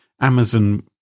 Amazon